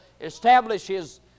establishes